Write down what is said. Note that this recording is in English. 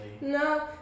No